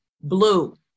blue